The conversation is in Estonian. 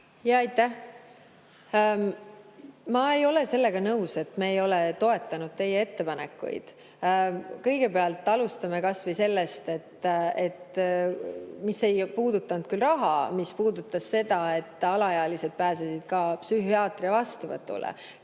Aitäh! Ma ei ole sellega nõus, et me ei ole toetanud teie ettepanekuid. Kõigepealt alustame kas või sellest, mis ei puudutanud küll raha, mis puudutas seda, et alaealised pääsesid ka psühhiaatri vastuvõtule